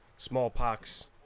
smallpox